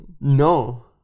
No